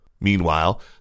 Meanwhile